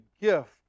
gift